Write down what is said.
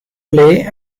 play